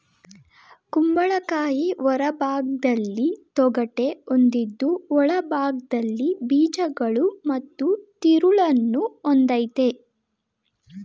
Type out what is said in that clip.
ಕುಂಬಳಕಾಯಿ ಹೊರಭಾಗ್ದಲ್ಲಿ ತೊಗಟೆ ಹೊಂದಿದ್ದು ಒಳಭಾಗ್ದಲ್ಲಿ ಬೀಜಗಳು ಮತ್ತು ತಿರುಳನ್ನು ಹೊಂದಯ್ತೆ